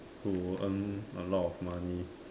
to earn a lot of money